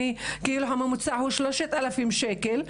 הממוצע הוא כאילו 3,000 שקל,